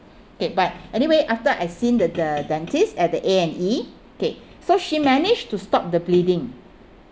okay but anyway after I seen the the dentist at the A&E okay so she managed to stop the bleeding